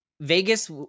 Vegas